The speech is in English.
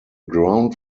ground